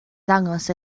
ddangos